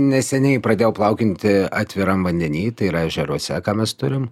neseniai pradėjau plaukionti atviram vandeny tai yra ežeruose ką mes turim